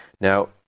Now